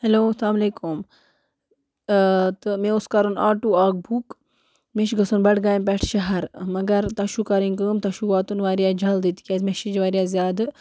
hello اَلسلامُ علیکُم تہٕ مےٚ اوس کَرُن آٹوٗ اَکھ بُک مےٚ چھِ گَژھُن بَڈٕ گامہِ پٮ۪ٹھ شہر مگر تۄہہِ چھُو کَرٕنۍ کٲم تۄہہِ چھُو واتُن واریاہ جلدی تِکیٛازِ مےٚ چھِ واریاہ زیادٕ